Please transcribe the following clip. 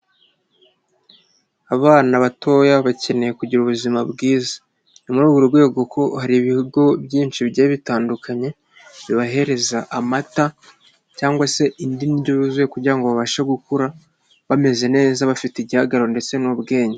Abana batoya bakeneye kugira ubuzima bwiza ni muri urwo rwego kuko hari ibigo byinshi bigiye bitandukanye bibahereza amata cyangwa se indi ndyo yuzuye kugira ngo babashe gukura bameze neza bafite igihagararo ndetse n'ubwenge.